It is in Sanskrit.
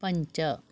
पञ्च